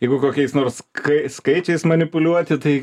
jeigu kokiais nors sk skaičiais manipuliuoti tai